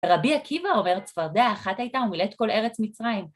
רבי עקיבא אומר, צפרדע אחת הייתה מולאת כל ארץ מצרים.